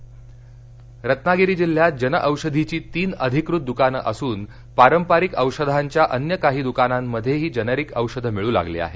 लाभार्थी रत्नागिरी रत्नागिरी जिल्ह्यात जनऔषधीची तीन अधिकृत दुकानं असून पारपरिक औषधांच्या अन्य काही दुकानांमध्येही जेनेरिक औषधं मिळू लागली आहेत